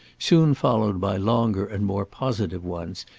soon followed by longer and more positive ones,